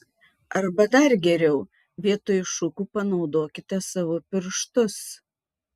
arba dar geriau vietoj šukų panaudokite savo pirštus